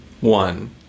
one